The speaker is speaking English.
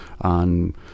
on